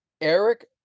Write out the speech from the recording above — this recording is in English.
Eric